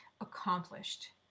accomplished